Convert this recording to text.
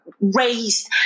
raised